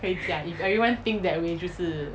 不可以这样 if everyone think that way 就是